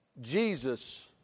Jesus